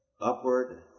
upward